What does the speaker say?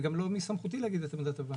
וגם לא מסמכותי להגיד את עמדת הוועדה המחוזית.